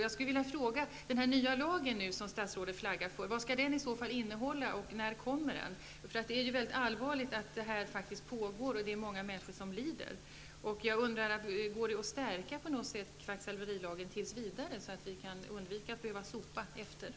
Jag vill fråga: Den nya lag som statsrådet flaggar för, vad skall den innehålla och när kommer den? Det är ju väldigt allvarligt att denna verksamhet pågår och att människor lider. Går det inte att stärka kvacksalverilagen tills vidare så att vi slipper att sopa efteråt?